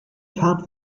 fahrt